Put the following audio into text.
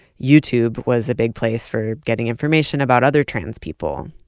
youtube was a big place for getting information about other trans people.